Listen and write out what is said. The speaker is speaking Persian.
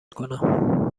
کنم